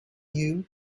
you